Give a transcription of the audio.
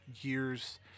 years